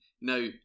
Now